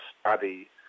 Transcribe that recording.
study